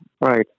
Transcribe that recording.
right